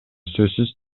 сөзсүз